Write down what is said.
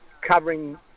covering